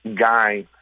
guy